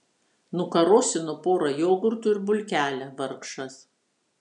nukarosino pora jogurtų ir bulkelę vargšas